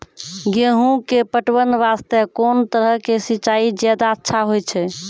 गेहूँ के पटवन वास्ते कोंन तरह के सिंचाई ज्यादा अच्छा होय छै?